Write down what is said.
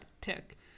tick